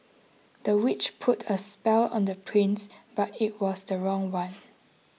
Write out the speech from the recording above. the witch put a spell on the prince but it was the wrong one